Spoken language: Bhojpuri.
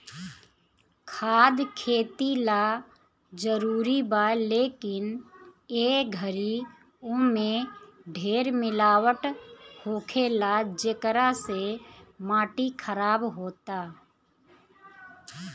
खाद खेती ला जरूरी बा, लेकिन ए घरी ओमे ढेर मिलावट होखेला, जेकरा से माटी खराब होता